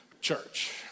church